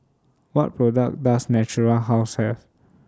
What products Does Natura House Have